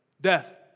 Death